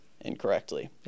incorrectly